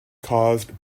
caused